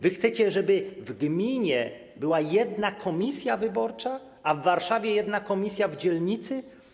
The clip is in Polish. Wy chcecie, żeby w gminie była jedna komisja wyborcza, a w Warszawie jedna komisja w dzielnicy?